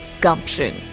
Gumption